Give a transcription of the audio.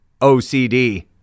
OCD